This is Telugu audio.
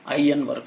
iN వరకు